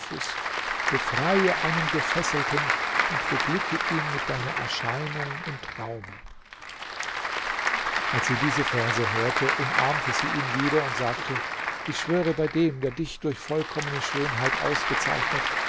befreie einen gefesselten und beglücke ihn mit deiner erscheinung im traume als sie diese verse hörte umarmte sie ihn wieder und sagte ich schwöre bei dem der dich durch vollkommene schönheit ausgezeichnet